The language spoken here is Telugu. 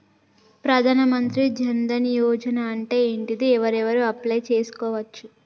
ప్రధాన మంత్రి జన్ ధన్ యోజన అంటే ఏంటిది? ఎవరెవరు అప్లయ్ చేస్కోవచ్చు?